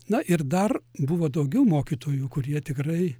na ir dar buvo daugiau mokytojų kurie tikrai